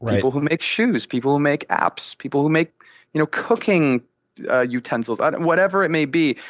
people who make shoes, people who make apps, people who make you know cooking ah utensils, but whatever it may be.